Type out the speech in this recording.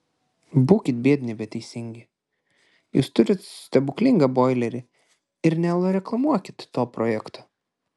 būkit biedni bet teisingi jūs turit stebuklingą boilerį ir nereklamuokit to projekto